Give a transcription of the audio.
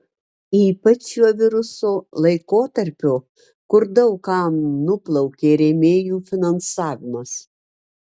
ypač šiuo viruso laikotarpiu kur daug kam nuplaukė rėmėjų finansavimas